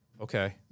Okay